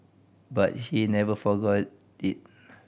but he never forgot it